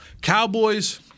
Cowboys